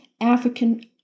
African